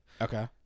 Okay